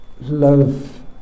Love